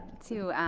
to